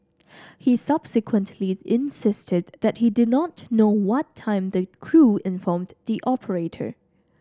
he subsequently insisted that he did not know what time the crew informed the operator